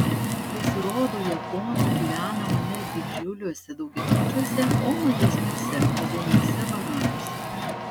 pasirodo japonų gyvenama ne didžiuliuose daugiabučiuose o mažesniuose pavieniuose barakuose